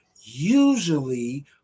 usually